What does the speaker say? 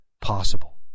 possible